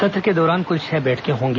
सत्र के दौरान क्ल छह बैठकें होंगी